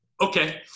okay